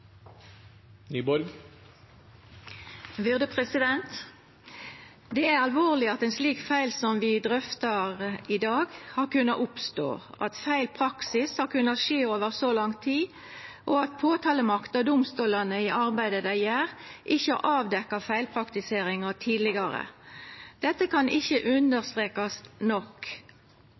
alvorleg at ein slik feil som vi drøftar i dag, har kunna oppstå, at feil praksis har kunna skje over så lang tid, og at påtalemakta og domstolane i arbeidet dei gjer, ikkje avdekte feilpraktiseringa tidlegare. Dette kan ikkje understrekast nok.